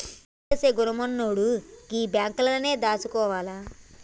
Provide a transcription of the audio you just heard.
పొదుపు జేసే గుణమున్నోడు గీ బాంకులల్లనే దాసుకోవాల